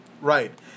right